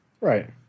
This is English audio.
Right